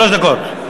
שלוש דקות.